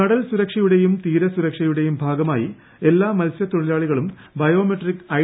കടൽ സുരക്ഷയുടെയും തീരസുരക്ഷയുടെയും ഭാഗമായി എല്ലാ മത്സ്യത്തൊഴിലാളികളും ബയോമെട്രിക് ഐ